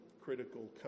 critical